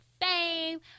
Fame